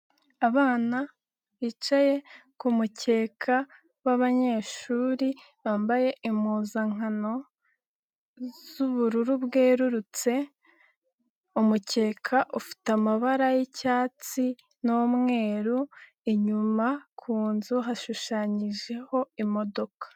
Abana bicaye ku mukeka w'abanyeshuri, bambaye impuzankano z'ubururu bwerurutse, umukeka ufite amabara y'icyatsi n'umweru, inyuma kunzu hashushanyijeho imodoka.